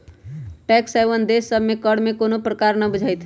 tax haven देश सभ में कर में कोनो प्रकारे न बुझाइत